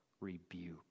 rebuke